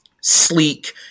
sleek